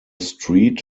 street